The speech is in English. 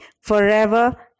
forever